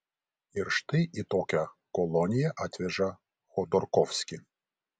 ir štai į tokią koloniją atveža chodorkovskį